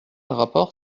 rapport